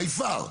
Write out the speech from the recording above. by far,